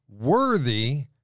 worthy